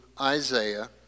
Isaiah